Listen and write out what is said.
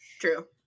true